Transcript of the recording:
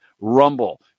Rumble